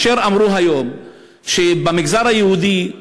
אשר אמרו היום שבמגזר היהודי,